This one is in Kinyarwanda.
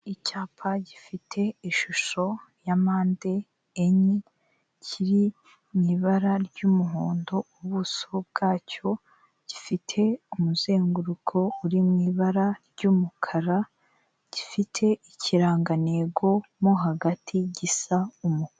Icyapa gifite ishusho ya mpande enye kiri mu ibara ry'umuhondo, ubuso bwacyo gifite umuzenguruko uri mu ibara ry'umukara, gifite ikirangantego mo hagati gisa umutuku.